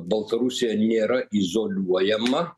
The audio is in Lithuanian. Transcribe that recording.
baltarusija nėra izoliuojama